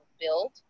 build